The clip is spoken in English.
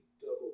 double